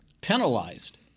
Penalized